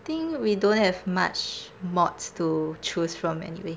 think we don't have much mods to choose from anyway